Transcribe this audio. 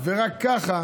ורק ככה